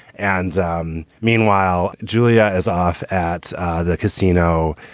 and um meanwhile, julia is off at the casino,